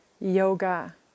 Yoga